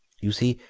you see,